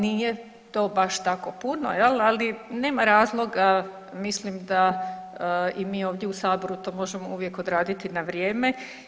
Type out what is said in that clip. Nije to baš tako puno, ali nema razloga, mislim da i mi ovdje u Saboru to možemo uvijek odraditi na vrijeme.